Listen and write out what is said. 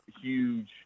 huge